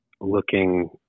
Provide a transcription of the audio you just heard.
looking